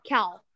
Cal